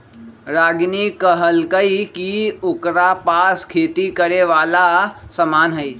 रागिनी कहलकई कि ओकरा पास खेती करे वाला समान हई